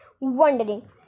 wondering